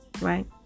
right